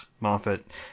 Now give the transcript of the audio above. Moffat